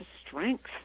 strength